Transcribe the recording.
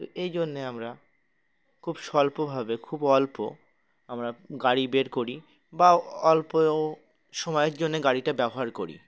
তো এই জন্যে আমরা খুব স্বল্পভাবে খুব অল্প আমরা গাড়ি বের করি বা অল্প সময়ের জন্যে গাড়িটা ব্যবহার করি